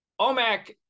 omac